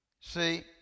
see